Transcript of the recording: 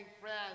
friends